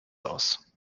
aus